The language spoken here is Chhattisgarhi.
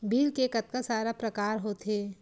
बिल के कतका सारा प्रकार होथे?